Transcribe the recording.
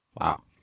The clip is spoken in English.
wow